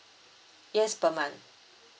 yes per month